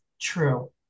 true